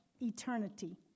eternity